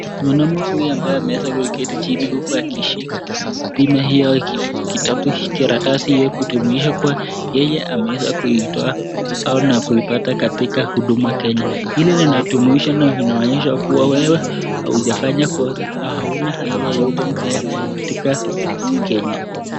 Mwanaume huyu ambaye ameweza kuketi chini huku akishika bima hii kitabu, karatasi hiyo kudumuisha kuwa yeye ameweza kuitoa au kuipata katika huduma Kenya. Hili linadumuisha na kuonyesha kuwa wewe haujafanya kosa na hauna hati yeyote mbaya katika Kenya.